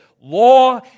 law